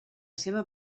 seva